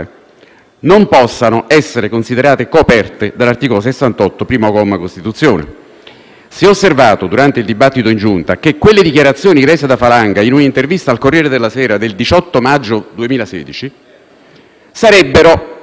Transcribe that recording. non possano essere considerate coperte dall'articolo 68, primo comma, della Costituzione. Si è osservato, durante il dibattito in Giunta, che quelle dichiarazioni rese dall'ex senatore Falanga in un'intervista al «Corriere della Sera» del 18 maggio 2016 sarebbero